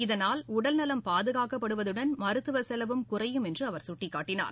இதனால் உடல் நலம் பாதுகாக்கப்படுவதுடன் மருத்துவ செலவும் குறையும் என்று அவர் சுட்டிக்காட்டினார்